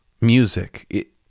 music